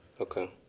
Okay